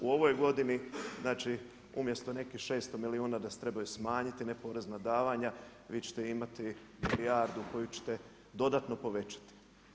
U ovoj godini znači umjesto nekih 600 milijuna da se trebaju smanjiti neporezna davanja, vi ćete imati milijardu koju ćete dodatno povećati.